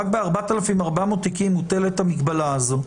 רק ב-4,400 תיקים מוטלת המגבלה הזאת,